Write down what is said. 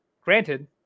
granted